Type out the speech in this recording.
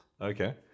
Okay